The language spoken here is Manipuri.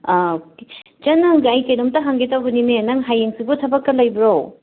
ꯆꯟꯅꯪ ꯀꯩꯅꯣꯝꯇ ꯍꯪꯒꯦ ꯇꯧꯕꯅꯤꯅꯦ ꯅꯪ ꯍꯌꯦꯡꯁꯤꯕꯣ ꯊꯕꯛꯀ ꯂꯩꯕ꯭ꯔꯣ